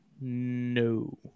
No